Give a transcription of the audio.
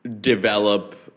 develop